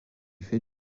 fait